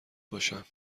باشم